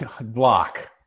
Block